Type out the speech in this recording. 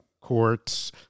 courts